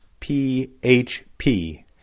php